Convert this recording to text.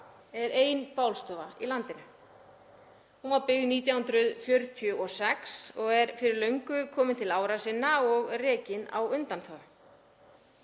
er ein bálstofa í landinu. Hún var byggð 1946 og er fyrir löngu komin til ára sinna og rekin á undanþágu.